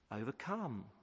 overcome